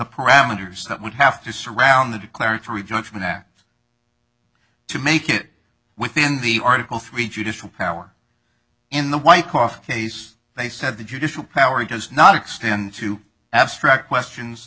parameters that would have to surround the declaratory judgment act to make it within the article three judicial power in the white cough case they said the judicial power does not extend to abstract questions